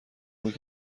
بود